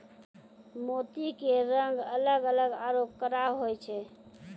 मोती के रंग अलग अलग आरो कड़ा होय छै